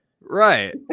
right